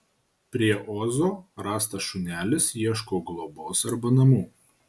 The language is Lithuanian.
prie ozo rastas šunelis ieško globos arba namų